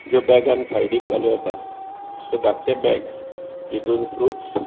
ज्यो बॅगान सायडीक घालूं येता सो धाकटें बॅग जेतून फ्रुट्स